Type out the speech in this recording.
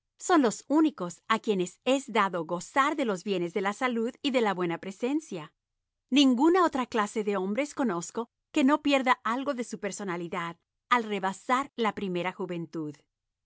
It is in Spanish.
son los únicos a quienes es dado gozar de los bienes de la salud y de la buena presencia ninguna otra clase de hombres conozco que no pierda algo de su personalidad al rebasar la primera juventud